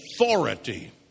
authority